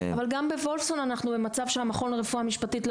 אבל גם בוולפסון אנחנו במצב שהמכון לרפואה משפטית לא